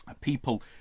People